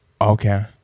okay